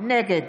נגד